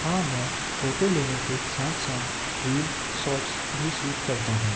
हाँ मैं फ़ोटो लेने के साथ साथ रील शॉर्ट्स भी शूट करता हूँ